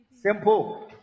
Simple